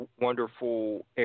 wonderful